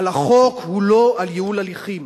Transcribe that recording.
אבל החוק הוא לא על ייעול ההליכים.